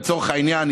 לצורך העניין,